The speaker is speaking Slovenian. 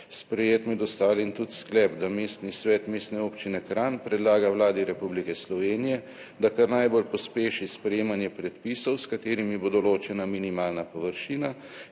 sprejet med ostalim tudi sklep, da Mestni svet Mestne občine Kranj predlaga Vladi Republike Slovenije, da kar najbolj pospeši sprejemanje predpisov, s katerimi bo določena minimalna površina